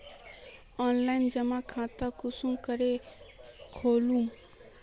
Online जमा खाता कुंसम करे खोलूम?